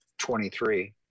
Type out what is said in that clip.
23